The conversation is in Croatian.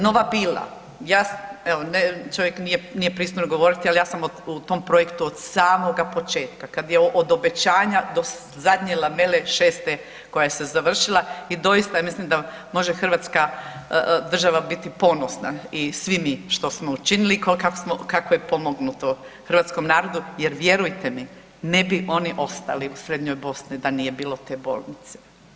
Nova Bila ja, evo čovjek nije pristojno govoriti ali ja sam u tom projektu od samoga početka kada je od obećanja do zadnje lamele šeste koja se završila i doista ja mislim da može Hrvatska država biti ponosna i svi mi što smo učinili i kako je pomognuto Hrvatskom narodu jer vjerujte mi ne bi oni ostali u srednjoj Bosni da nije bilo te bolnice.